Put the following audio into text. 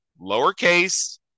lowercase